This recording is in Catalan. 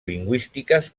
lingüístiques